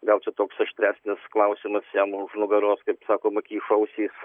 gal čia toks aštresnis klausimas jam už nugaros kaip sakoma kyšo ausys